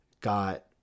got